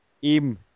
im